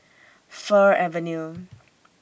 Fir Avenue